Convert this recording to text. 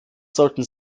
sollten